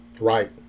Right